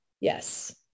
yes